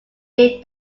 did